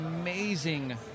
amazing